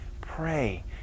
pray